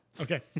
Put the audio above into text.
Okay